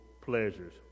pleasures